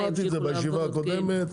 אמרתי את זה בישיבה הקודמת.